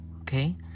okay